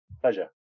Pleasure